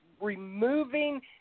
removing